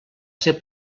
ser